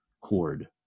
cord